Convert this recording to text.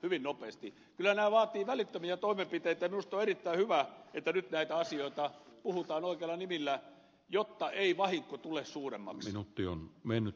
kyllä nämä vaativat välittömiä toimenpiteitä ja minusta on erittäin hyvä että nyt näistä asioista puhutaan oikeilla nimillä jotta ei vahinko tule suuremmaksi